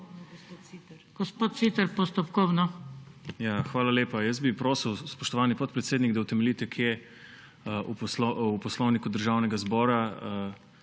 Hvala lepa. Prosil bi, spoštovani podpredsednik, da utemeljite, kje v Poslovniku Državnega zbora